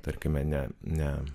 tarkime ne ne